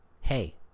hey